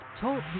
Talk